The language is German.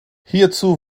hierzu